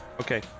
Okay